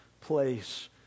place